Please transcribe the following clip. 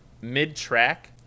mid-track